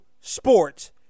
sports